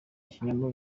kinyoma